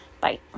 Bye